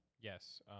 Yes